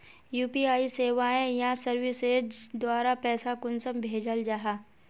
UPI सेवाएँ या services द्वारा पैसा कुंसम भेजाल जाहा?